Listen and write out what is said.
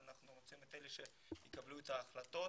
אבל אנחנו רוצים את אלה שיקבלו את ההחלטות